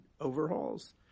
overhauls